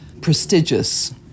prestigious